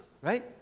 right